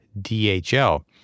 DHL